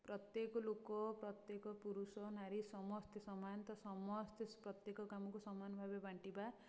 ପ୍ରତ୍ୟେକ ଲୋକ ପ୍ରତ୍ୟେକ ପୁରୁଷ ନାରୀ ସମସ୍ତେ ସମାନ ତ ସମସ୍ତେ ପ୍ରତ୍ୟେକ କାମକୁ ସମାନ ଭାବେ ବାଣ୍ଟିବା